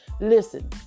Listen